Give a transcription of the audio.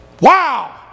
Wow